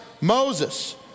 Moses